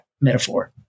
metaphor